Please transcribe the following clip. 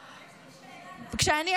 וכשאני,